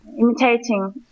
imitating